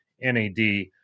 NAD